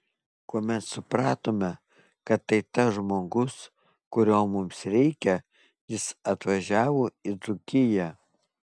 kuomet supratome kad tai tas žmogus kurio mums reikia jis atvažiavo į dzūkiją